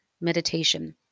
meditation